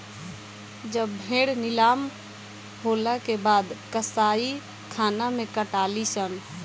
जब भेड़ नीलाम होला के बाद कसाईखाना मे कटाली सन